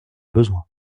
besoin